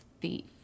thief